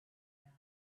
now